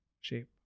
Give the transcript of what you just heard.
shape